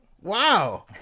Wow